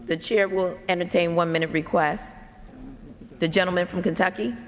the chair will entertain one minute request the gentleman from kentucky